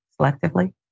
selectively